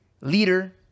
leader